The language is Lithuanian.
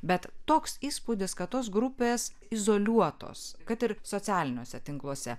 bet toks įspūdis kad tos grupės izoliuotos kad ir socialiniuose tinkluose